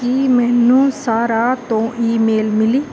ਕੀ ਮੈਨੂੰ ਸਾਰਾਹ ਤੋਂ ਈਮੇਲ ਮਿਲੀ